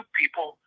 people